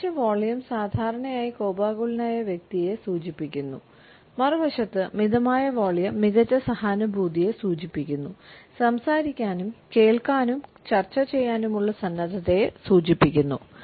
വർദ്ധിച്ച വോളിയം സാധാരണയായി കോപാകുലനായ വ്യക്തിയെ സൂചിപ്പിക്കുന്നു മറുവശത്ത് മിതമായ വോളിയം മികച്ച സഹാനുഭൂതിയെ സൂചിപ്പിക്കുന്നു സംസാരിക്കാനും കേൾക്കാനും ചർച്ച ചെയ്യാനുമുള്ള സന്നദ്ധതയെ സൂചിപ്പിക്കുന്നു